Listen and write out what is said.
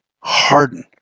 harden